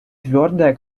твердая